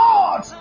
God